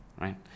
Right